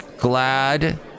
glad